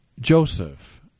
Joseph